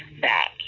back